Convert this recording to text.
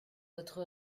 votre